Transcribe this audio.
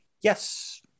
Yes